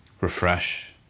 refresh